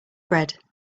bread